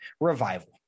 Revival